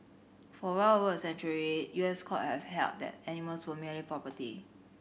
for well over a century U S court have held that animals were merely property